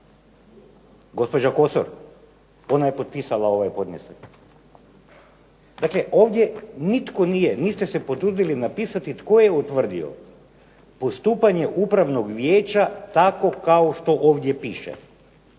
Gospođa Kosor? Ona je potpisala ovaj podnesak. Dakle, ovdje nitko nije. Niste se potrudili napisati tko je utvrdio postupanje upravnog vijeća tako kao što ovdje piše.